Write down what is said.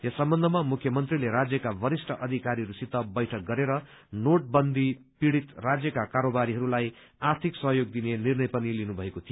यस सम्बन्धमा मुख्यमन्त्रीले राज्यका वरिष्ट अधिकारीहरूसित बैठक गरेर नोटबन्दी पीड़ित राज्यका कारोबारीहरूलाई आर्थिक सहयोग दिने निर्णय पनि दिनुभएको थियो